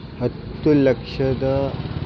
ಹತ್ತು ಲಕ್ಷದ